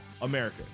America